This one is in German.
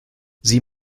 sie